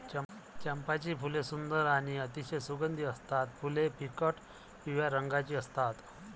चंपाची फुले सुंदर आणि अतिशय सुगंधी असतात फुले फिकट पिवळ्या रंगाची असतात